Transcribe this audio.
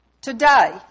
today